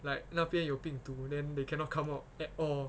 like 那边有病 then they cannot come out at all